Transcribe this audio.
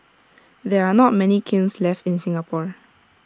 there are not many kilns left in Singapore